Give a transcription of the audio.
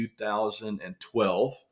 2012